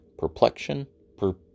Perplexion